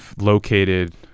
located